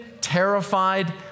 terrified